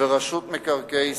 ורשות מקרקעי ישראל,